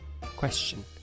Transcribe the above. question